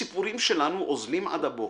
הסיפורים שלנו אוזלים עד הבוקר.